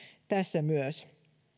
myös